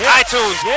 iTunes